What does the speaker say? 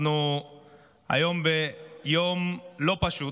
אנחנו היום ביום לא פשוט.